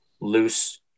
loose